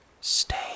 stay